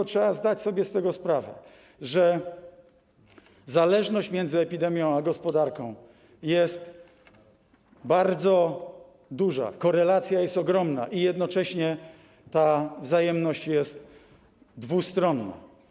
Bo trzeba zdać sobie z tego sprawę, że zależność między epidemią a gospodarką jest bardzo duża, korelacja jest ogromna i jednocześnie ta wzajemność jest dwustronna.